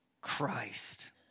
Christ